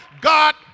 God